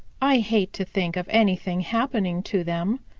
i hate to think of anything happening to them.